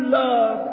love